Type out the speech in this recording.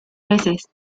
veces